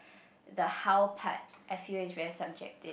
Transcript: the how part I feel it's very subjective